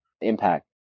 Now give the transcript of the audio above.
Impact